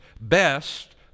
best